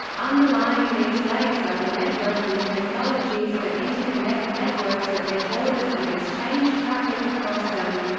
underlying these layers are the networking technologies that interconnect networks at their borders and exchange traffic across them.